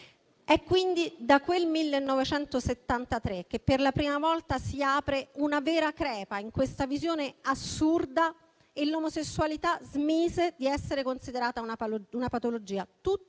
È quindi da quel 1973 che per la prima volta si aprì una vera crepa in questa visione assurda e l'omosessualità smise di essere considerata una patologia.